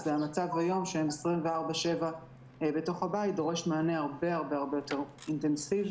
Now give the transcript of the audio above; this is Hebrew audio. והמצב היום כשהם 24/7 בתוך הבית דורש מענה הרבה הרבה יותר אינטנסיבי,